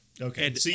Okay